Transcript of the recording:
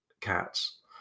cats